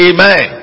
Amen